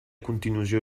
continuació